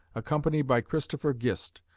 accompanied by christopher gist,